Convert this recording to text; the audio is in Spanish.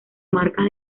marcas